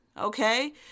okay